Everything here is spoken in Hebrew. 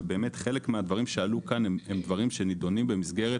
וחלק מהדברים שהועלו כאן הם באמת דברים שנידונים במסגרת